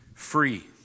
free